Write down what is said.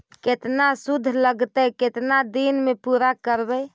केतना शुद्ध लगतै केतना दिन में पुरा करबैय?